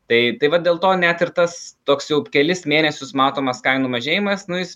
tai tai va dėl to net ir tas toks jau kelis mėnesius matomas kainų mažėjimas nu jis